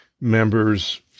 member's